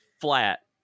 flat